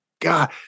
God